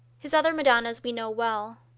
his other madonnas we know well,